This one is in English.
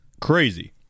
crazy